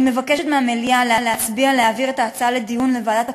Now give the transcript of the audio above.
אני מבקשת מהמליאה להצביע בעד העברת ההצעה לדיון לוועדת הכספים,